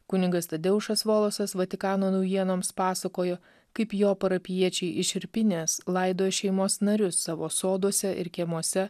kunigas tadeušas volosas vatikano naujienoms pasakojo kaip jo parapijiečiai iš irpinės laidojo šeimos narius savo soduose ir kiemuose